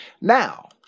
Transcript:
Now